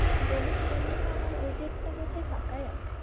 হ্যাঁ বলুন এমনিতেও আমার ওই ডেটটা বোধহয় ফাঁকাই আছে